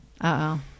Uh-oh